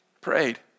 Prayed